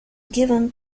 given